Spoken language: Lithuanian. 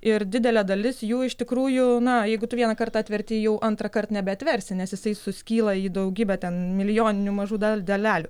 ir didelė dalis jų iš tikrųjų na jeigu tu vieną kartą atverti jau antrąkart nebeatversi nes jisai suskyla į daugybę ten milijoninių mažų dalelių